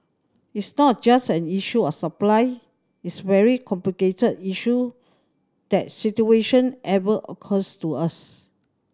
it's not just an issue of supply it's very complicated issue that situation ever occurs to us